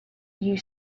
you